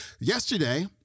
Yesterday